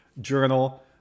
journal